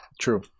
True